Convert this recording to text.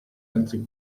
altri